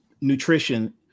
nutrition